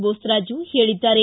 ಬೋಸರಾಜು ಹೇಳಿದ್ದಾರೆ